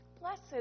Blessed